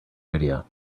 idea